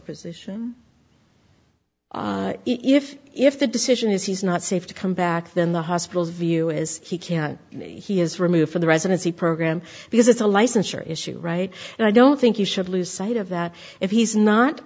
position if if the decision is he's not safe to come back then the hospital's view is he can he is removed from the residency program because it's a licensure issue right and i don't think you should lose sight of that if he's not